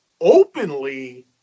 openly